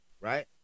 right